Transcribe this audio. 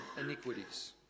iniquities